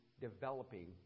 developing